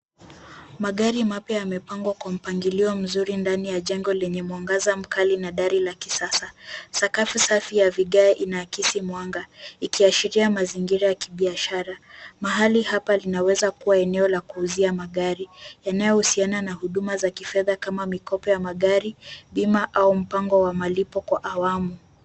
Magari mapya yamepangwa kwa mpangilio mzuri ndani ya jengo lenye mwangaza mkali na dari la kisasa , sakafu safi ya vigae inaakisi mwanga ikiashiria mazingira ya kibiashara . Mahali hapa linaweza kuwa eneo la kuuzia magari yanayohusiana na huduma za kifedha kama mikopo ya magari , bima au mpango wa malipo kwa awamu.